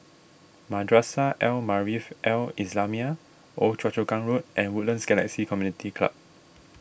Madrasah Al Maarif Al Islamiah Old Choa Chu Kang Road and Woodlands Galaxy Community Club